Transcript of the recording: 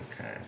Okay